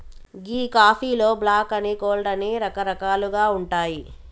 గీ కాఫీలో బ్లాక్ అని, కోల్డ్ అని రకరకాలుగా ఉంటాయి